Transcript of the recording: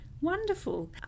Wonderful